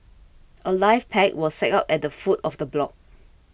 a life pack was set up at the foot of the block